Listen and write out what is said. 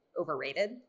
overrated